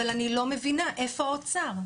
אבל אני לא מבינה איפה האוצר?